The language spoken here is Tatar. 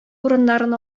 урыннарын